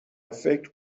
فکر